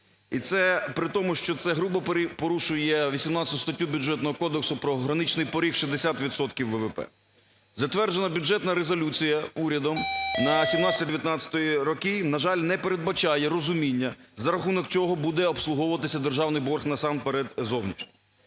І це при тому, що це грубо порушує 18 статтю Бюджетного кодексу про граничний поріг в 60 відсотків ВВП. Затверджена бюджетна резолюція урядом на 2017-2019 роки, на жаль, не передбачає розуміння за рахунок чого буде обслуговуватися державний борг, насамперед, зовнішній.